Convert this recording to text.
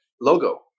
logo